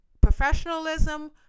professionalism